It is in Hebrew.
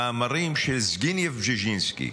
מאמרים של זביגנייב בז'ז'ינסקי,